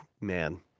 Man